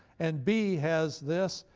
and b has this,